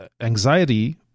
anxiety